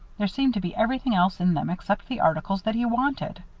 there seemed to be everything else in them except the articles that he wanted.